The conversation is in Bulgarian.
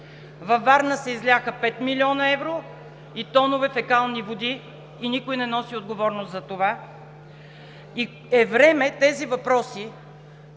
Във Варна се изляха 5 млн. евро и тонове фекални води – никой не носи отговорност за това. Време е тези въпроси